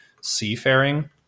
seafaring